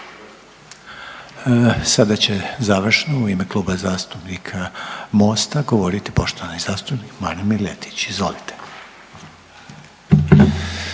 Sada će završno u ime Kluba zastupnika MOST-a govoriti poštovani zastupnik Marin Miletić. Izvolite.